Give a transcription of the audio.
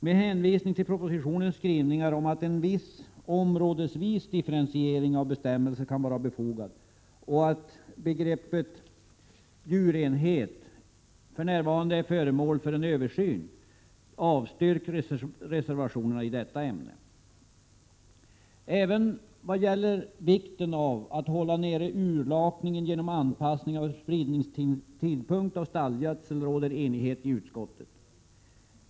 Med hänvisning till propositionens skrivningar om att en viss områdesvis differentiering av bestämmelserna kan vara befogad och att begreppet ”djurenhet” för närvarande är föremål för översyn, avstyrks förslagen i detta ämne. Även vad gäller vikten av att hålla nere urlakningen genom anpassning av spridningstidpunkt för stallgödsel råder enighet i utskottet.